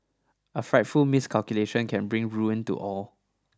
a frightful miscalculation can bring ruin to all